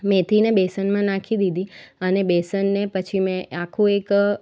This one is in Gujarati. મેથીને બેસનમાં નાખી દીધી અને બેસનને પછી મેં આખું એક